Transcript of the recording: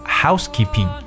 housekeeping